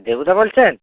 দেবুদা বলছেন